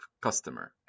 customer